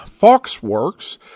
Foxworks